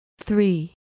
three